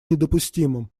недопустимым